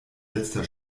letzter